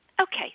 Okay